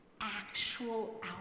actual